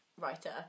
writer